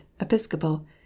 episcopal